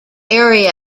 area